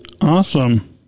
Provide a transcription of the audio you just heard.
Awesome